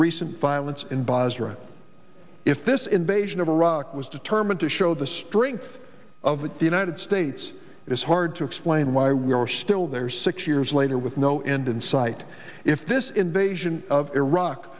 recent violence in basra if this invasion of iraq was determined to show the strength of the united states it is hard to explain why we are still there six years later with no end in sight if this invasion of iraq